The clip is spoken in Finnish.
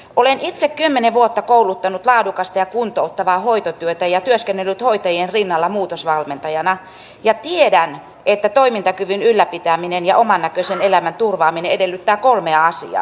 olen itse kymmenen vuotta kouluttanut laadukasta ja kuntouttavaa hoitotyötä ja työskennellyt hoitajien rinnalla muutosvalmentajana ja tiedän että toimintakyvyn ylläpitäminen ja omannäköisen elämän turvaaminen edellyttävät kolmea asiaa